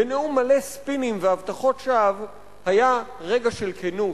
בנאום מלא ספינים והבטחות שווא היה רגע של כנות,